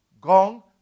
gong